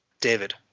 David